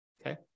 Okay